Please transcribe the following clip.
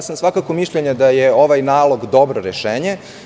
Svakako sam mišljenja da je ovaj nalog dobro rešenje.